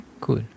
cool